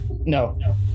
No